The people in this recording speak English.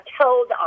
told